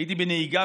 הייתי בנהיגה.